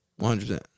100%